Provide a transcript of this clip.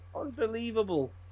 Unbelievable